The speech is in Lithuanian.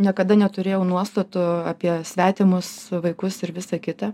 niekada neturėjau nuostatų apie svetimus vaikus ir visą kitą